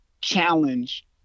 challenge